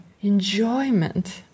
enjoyment